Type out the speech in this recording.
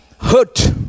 hurt